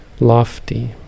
lofty